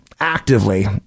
actively